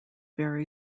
very